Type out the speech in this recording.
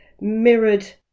mirrored